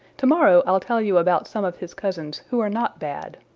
to-morrow i'll tell you about some of his cousins who are not bad.